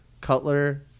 cutler